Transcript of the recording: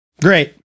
Great